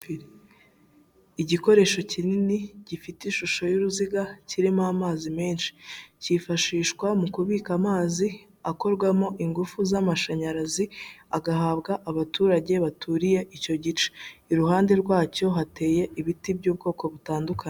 Igikoresho kinini gifite ishusho y'uruziga kirimo amazi menshi, kifashishwa mu kubika amazi akorwamo ingufu z'amashanyarazi, agahabwa abaturage baturiye icyo gice, iruhande rwacyo hateye ibiti by'ubwoko butandukanye.